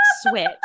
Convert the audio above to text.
switch